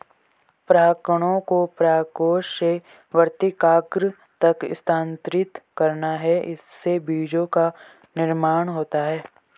परागकणों को परागकोश से वर्तिकाग्र तक स्थानांतरित करना है, इससे बीजो का निर्माण होता है